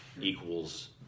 equals